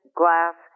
glass